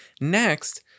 next